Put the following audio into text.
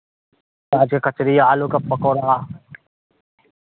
पियाजके कचरी आलूके पकौड़ा